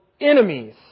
enemies